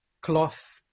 cloth